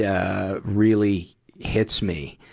yeah really hits me,